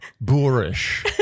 boorish